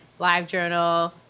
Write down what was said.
LiveJournal